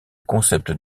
concept